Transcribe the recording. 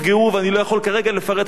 ואני לא יכול כרגע לפרט עד כמה,